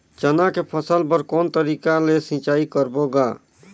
चना के फसल बर कोन तरीका ले सिंचाई करबो गा?